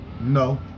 no